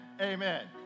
Amen